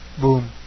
Boom